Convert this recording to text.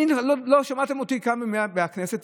לא שמעתם אותי כאן במליאה בכנסת,